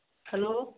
hello